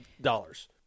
dollars